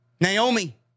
Naomi